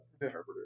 interpreter